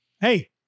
Hey